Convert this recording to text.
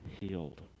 healed